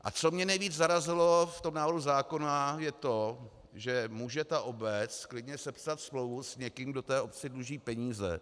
A co mě nejvíc zarazilo v návrhu zákona, je to, že může obec klidně sepsat smlouvu s někým, kdo té obci dluží peníze.